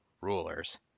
rulers